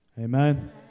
Amen